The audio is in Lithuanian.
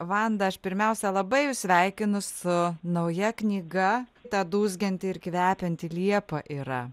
vanda aš pirmiausia labai jus sveikinu su nauja knyga ta dūzgianti ir kvepianti liepa yra